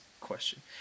Question